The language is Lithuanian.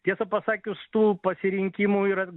tiesą pasakius tų pasirinkimų yra